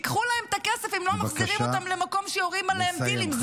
ייקחו להם את הכסף אם הם לא יחזרו למקום שבו יורים עליהם טילים.